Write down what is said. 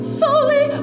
solely